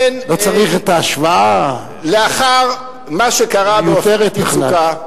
לא צריך את ההשוואה, היא מיותרת בכלל.